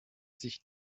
sich